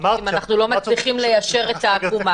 אם אנחנו לא מצליחים ליישר את העקומה,